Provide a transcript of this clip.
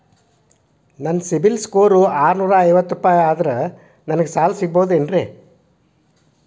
ನನ್ನ ಸಿಬಿಲ್ ಸ್ಕೋರ್ ಆರನೂರ ಐವತ್ತು ಅದರೇ ನನಗೆ ಸಾಲ ಸಿಗಬಹುದೇನ್ರಿ?